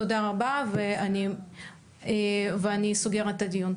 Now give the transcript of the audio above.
תודה רבה, ואני סוגרת את הדיון.